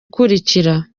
ikurikira